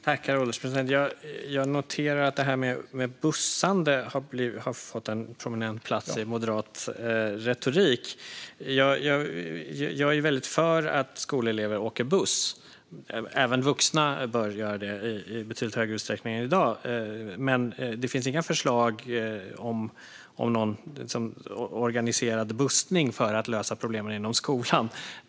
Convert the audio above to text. Herr ålderspresident! Jag noterar att detta med bussande har fått en prominent plats i moderat retorik. Jag är väldigt mycket för att skolelever åker buss. Även vuxna bör göra det i betydligt högre utsträckning än i dag. Men det finns inga förslag om någon organiserad bussning för att lösa problemen inom skolan.